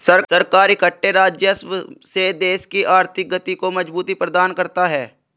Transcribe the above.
सरकार इकट्ठे राजस्व से देश की आर्थिक गति को मजबूती प्रदान करता है